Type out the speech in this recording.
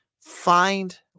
find